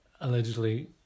allegedly